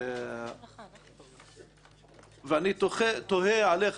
אני תוהה עליך, כבוד